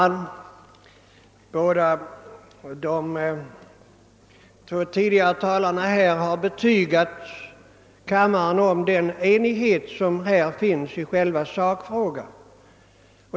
Herr talman! Båda de tidigare talarna har vitsordat den enighet som råder i själva sakfrågan.